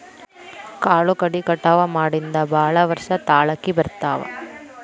ಕಾಳು ಕಡಿ ಕಟಾವ ಮಾಡಿಂದ ಭಾಳ ವರ್ಷ ತಾಳಕಿ ಬರ್ತಾವ